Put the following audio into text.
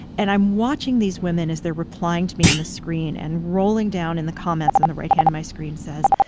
and i'm watching these women as they're replying to me on the screen. and rolling down in the comments in the right hand of my screen says,